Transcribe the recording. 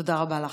תודה רבה לך.